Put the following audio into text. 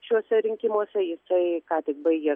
šiuose rinkimuose jisai ką tik baigė